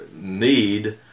need